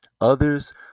others